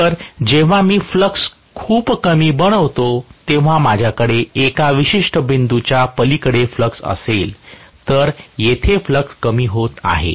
तर जेव्हा मी फ्लक्स खूप कमी बनवतो तेव्हा माझ्याकडे एका विशिष्ट बिंदूच्या पलीकडे फ्लक्स असेल तर येथे फ्लक्स कमी होत आहे